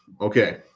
Okay